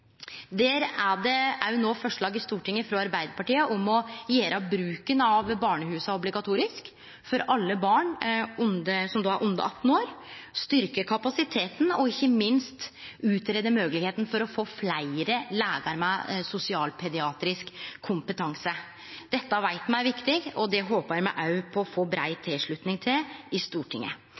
Der er det òg no forslag i Stortinget frå Arbeidarpartiet om å gjere bruken av barnehusa obligatorisk for alle barn som er under 18 år, styrkje kapasiteten og ikkje minst greie ut moglegheita for å få fleire legar med sosialpediatrisk kompetanse. Dette veit me er viktig, og dette håpar me òg på å få brei tilslutning til i Stortinget.